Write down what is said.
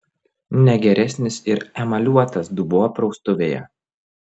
ne geresnis ir emaliuotas dubuo praustuvėje